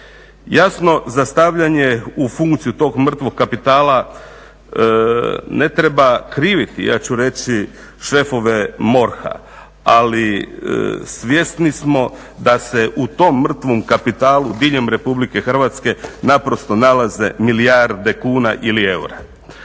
Jasno za stavljanje u funkciju tog mrtvog kapitala ne treba kriviti, ja ću reći šefove MORH-a, ali svjesni smo da se u tom mrtvom kapitalu diljem Republike Hrvatske naprosto nalaze milijarde kuna ili eura.